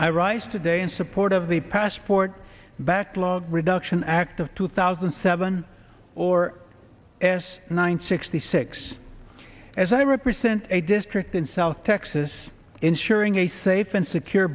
i rise today in support of the passport backlog reduction act of two thousand and seven or s one sixty six as i represent a district in south texas ensuring a safe and secure